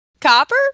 copper